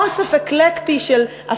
אוסף אקלקטי של,